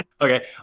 Okay